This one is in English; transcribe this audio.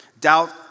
Doubt